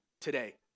today